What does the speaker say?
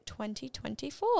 2024